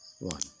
one